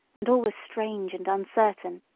and all was strange and uncertain.